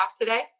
today